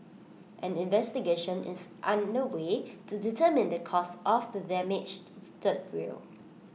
an investigation is under way to determine the cause of the damaged third rail